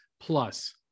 plus